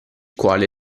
quale